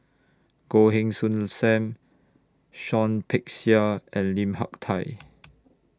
Goh Heng Soon SAM Shawn Peck Seah and Lim Hak Tai